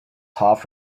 half